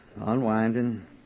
unwinding